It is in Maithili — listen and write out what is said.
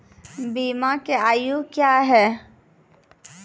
बीमा के आयु क्या हैं?